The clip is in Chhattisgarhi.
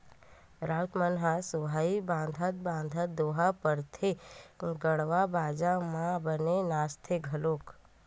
राउत मन ह सुहाई बंधात बंधात दोहा पारत गड़वा बाजा म बने नाचथे घलोक